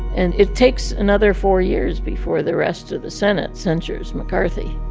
and it takes another four years before the rest of the senate censures mccarthy,